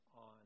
on